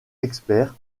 expert